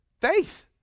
Faith